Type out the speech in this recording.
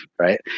right